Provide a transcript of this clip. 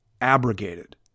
abrogated